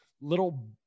little